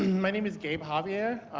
my name is gabe javier.